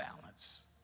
balance